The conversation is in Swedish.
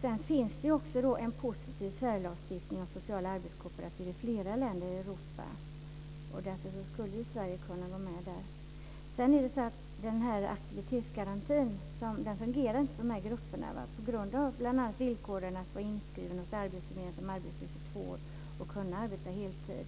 Sedan finns det också en positiv särlagstiftning för sociala arbetskooperativ i flera länder i Europa. Där skulle Sverige kunna vara med. Aktivitetsgarantin fungerar inte för de här grupperna, bl.a. på grund av villkoren att man ska vara inskriven hos arbetsförmedlingen som arbetslös i två år och kunna arbeta heltid.